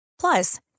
Plus